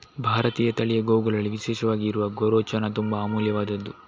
ಭಾರತೀಯ ತಳಿಯ ಗೋವುಗಳಲ್ಲಿ ವಿಶೇಷವಾಗಿ ಇರುವ ಗೋರೋಚನ ತುಂಬಾ ಅಮೂಲ್ಯವಾದ್ದು